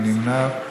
מי נמנע?